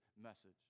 message